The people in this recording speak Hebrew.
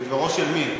בדברו של מי?